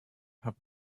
have